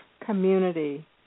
community